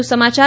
વધુ સમાચાર